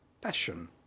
passion